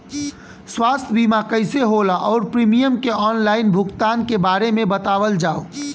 स्वास्थ्य बीमा कइसे होला और प्रीमियम के आनलाइन भुगतान के बारे में बतावल जाव?